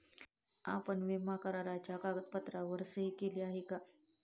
आपण विमा कराराच्या कागदपत्रांवर सही केली आहे का?